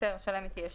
השאלה אם היא תהיה שם.